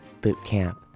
Bootcamp